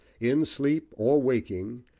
in sleep or waking,